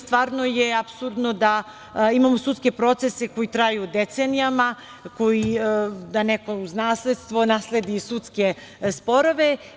Stvarno je apsurdno da imamo sudske procese koji traju decenijama, da neko uz nasledstvo nasledi i sudske sporove.